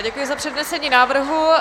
Děkuji za přednesení návrhu.